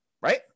right